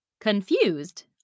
Confused